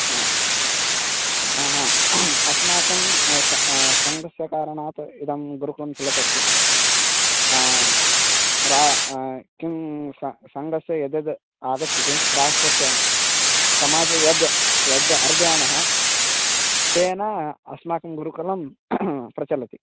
हा आ हा अस्माकं स सङ्गस्य कारणात् इदं गुरुकुलं चलतस्ति रा किं सः सङ्गस्य यद्यद् आगच्छति राष्ट्रस्य समाजे यद् यद् अर्जयामः तेन अस्माकं गुरुकुलं प्रचलति